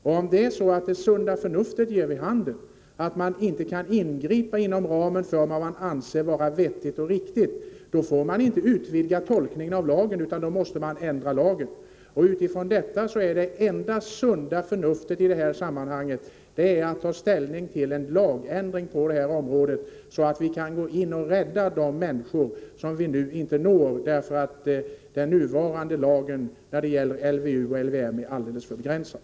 Om det sunda förnuftet ger vid handen att man inte kan ingripa inom ramen för vad man anser vara vettigt och riktigt, går det inte att bara utvidga tolkningen av lagen utan då måste lagen ändras. Utifrån den synpunkten är det enda sättet att visa sunt förnuft i det här sammanhanget att man tar ställning till en lagändring på detta område. På det sättet kan man gå in med insatser och rädda människor som nu inte kan nås därför att den nuvarande lagen — det gäller då LVU och LVM - är alldeles för begränsad.